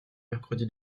mercredi